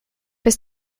bis